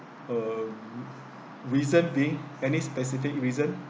um reason being any specific reason